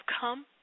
come